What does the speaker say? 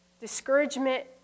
Discouragement